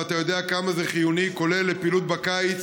ואתה יודע כמה זה חיוני, כולל לפעילות בקיץ